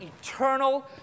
eternal